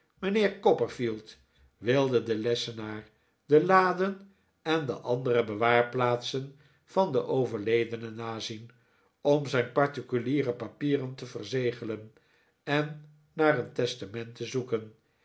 mijnheer copperfield wilden den lessenaar de laden en de andere bewaarplaatsen van den overledene nazien om zijn particuliere papieren te verzegelen en naar een testament te zoeken